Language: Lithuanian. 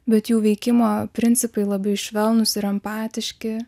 bet jų veikimo principai labai švelnūs ir empatiški